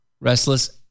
restless